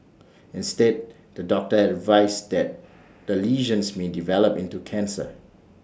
instead the doctor had advised that the lesions may develop into cancer